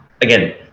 Again